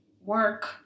work